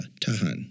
Tahan